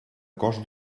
cost